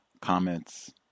comments